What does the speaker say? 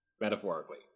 metaphorically